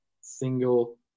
single